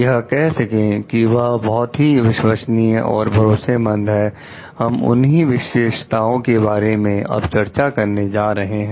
यह कह सके कि वह बहुत ही विश्वसनीय और भरोसेमंद हैं हम उन्हीं विशेषताओं के बारे में अब चर्चा करने जा रहे हैं